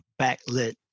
backlit